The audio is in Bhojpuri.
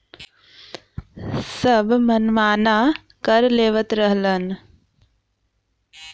सब मनमाना कर लेवत रहलन